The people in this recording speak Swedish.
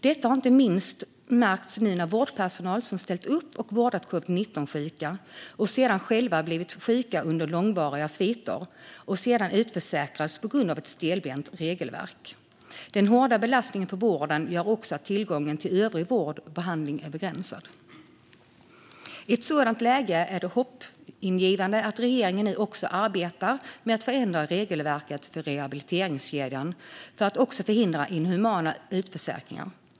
Detta har inte minst märkts nu när vårdpersonal som har ställt upp och vårdat covid-19-sjuka själva har blivit långvarigt sjuka. De har sedan utförsäkrats på grund av ett stelbent regelverk. Den hårda belastningen på vården gör också att tillgången till övrig vård och behandling är begränsad. I ett sådant läge är det hoppingivande att regeringen nu arbetar med att förändra regelverket för rehabiliteringskedjan för att förhindra inhumana utförsäkringar.